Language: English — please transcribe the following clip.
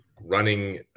running